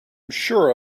sure